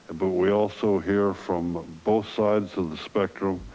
but we also hear from both sides of the spectrum,